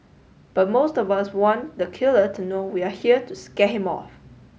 but most of us want the killer to know we are here to scare him off